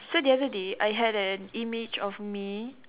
so the other day I had an image of me